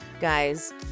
guys